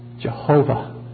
Jehovah